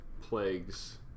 plagues